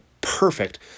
perfect